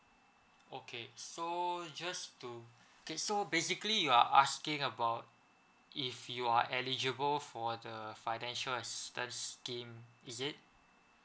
okay so just to so basically you are asking about if you are eligible for the financial assistance scheme is it